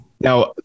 Now